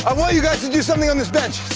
i want you guys to do something on this bench,